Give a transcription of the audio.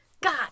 God